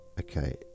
okay